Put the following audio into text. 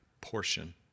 portion